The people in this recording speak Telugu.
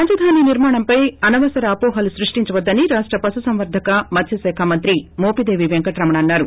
రాజధాని నిర్మాణంపై అనవసర అవోహలు సృష్షించవద్దని రాష్ట పశు సంవర్గక మత్స్వ శాఖ మంత్రి మోపిదేవి పెంకటరమణ అన్నారు